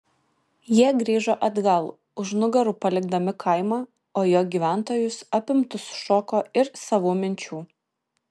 jie grįžo atgal už nugarų palikdami kaimą o jo gyventojus apimtus šoko ir savų minčių